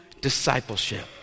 discipleship